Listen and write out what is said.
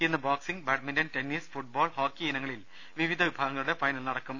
ഇന്ന് boxing badminton tennis football hockey ഇനങ്ങളിൽ വിവിധ വിഭാഗ്ദ്ങളുടെ ഫൈനൽ നടക്കും